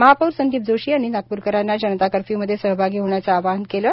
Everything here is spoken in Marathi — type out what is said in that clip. महापौर संदीप जोशी यांनी नागपूरकरांना जनता कर्फ्यूमधे सहभागी होण्याचं आवाहन केलं